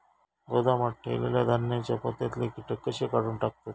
गोदामात ठेयलेल्या धान्यांच्या पोत्यातले कीटक कशे काढून टाकतत?